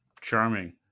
charming